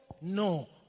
no